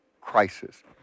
crisis